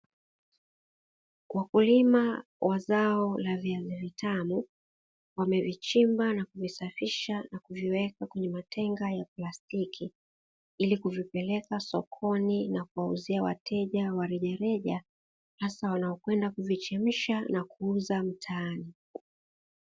Wakulima wa zao la viazi vitamu wamevichimba na kuvisafisha, na kuviweka kwenye matenga ya plastiki, ili kuvipeleka sokoni na kuwauzia wateja wa rejareja, hasa wanaokwenda kuvichemsha na kuuza mtaani.